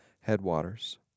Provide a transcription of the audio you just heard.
headwaters